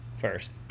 first